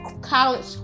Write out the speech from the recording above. college